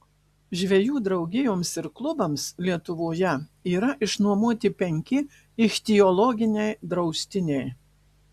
žvejų draugijoms ir klubams lietuvoje yra išnuomoti penki ichtiologiniai draustiniai